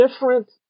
different